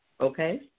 Okay